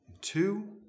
Two